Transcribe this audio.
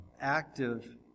active